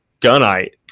gunite